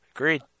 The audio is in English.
Agreed